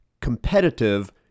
competitive